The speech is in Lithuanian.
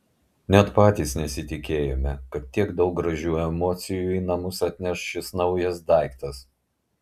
net patys nesitikėjome kad tiek daug gražių emocijų į namus atneš šis naujas daiktas